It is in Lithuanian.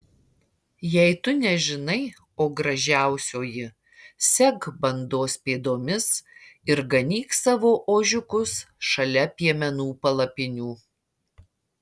jei tu nežinai o gražiausioji sek bandos pėdomis ir ganyk savo ožiukus šalia piemenų palapinių